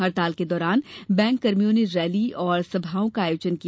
हड़ताल के दौरान बैंककर्मियों ने रैली और सभाओं का आयोजन किया